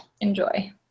Enjoy